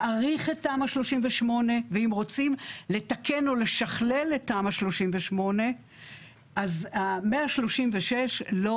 להאריך את תמ"א 38 ואם רוצים לתקן או לשכלל את תמ"א 38 אז 136 לא